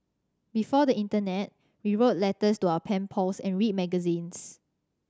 before the internet we wrote letters to our pen pals and read magazines